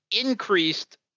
increased